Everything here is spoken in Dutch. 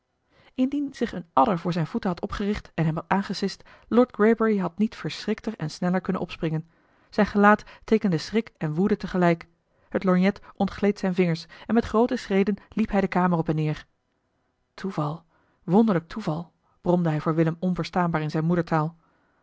indien zich eene adder voor zijne voeten had opgericht en hem had aangesist lord greybury had niet verschrikter en sneller kunnen opspringen zijn gelaat teekende schrik en woede te gelijk het lorgnet ontgleed zijn vingers en met groote schreden liep hij de kamer op en neer toeval wonderlijk toeval bromde hij voor willem onverstaanbaar in zijne moedertaal